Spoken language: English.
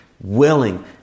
willing